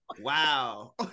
Wow